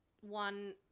one